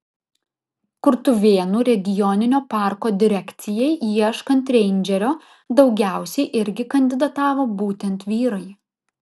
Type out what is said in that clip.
kurtuvėnų regioninio parko direkcijai ieškant reindžerio daugiausiai irgi kandidatavo būtent vyrai